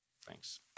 Thanks